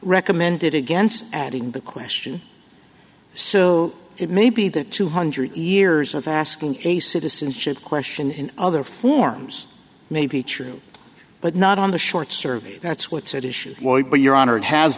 recommended against adding the question so it may be that two hundred years of asking a citizenship question in other forms may be true but not on the short survey that's what's at issue lloyd but your honor it has